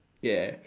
yeah